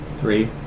Three